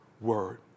word